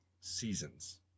seasons